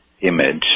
image